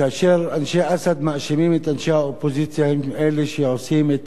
כאשר אנשי אסד מאשימים את אנשי האופוזיציה שהם אלה שעושים את